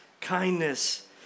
kindness